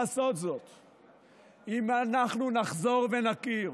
אם אנחנו נחזור ונכיר